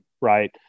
right